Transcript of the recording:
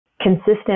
consistent